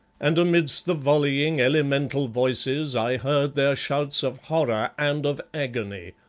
and amidst the volleying, elemental voices i heard their shouts of horror and of agony.